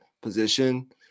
position